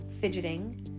fidgeting